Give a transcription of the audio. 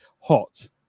Hot